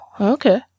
okay